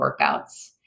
workouts